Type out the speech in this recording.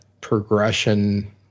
progression